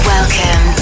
Welcome